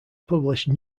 published